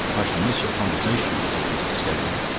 i shall miss your conversation, said mr. scogan.